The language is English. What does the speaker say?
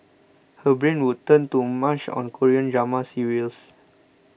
her brain would turn to mush on Korean drama serials